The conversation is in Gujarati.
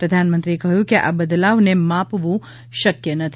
પ્રધાનમંત્રીએ કહ્યું કે આ બદલાવને માપવું શકય નથી